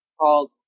called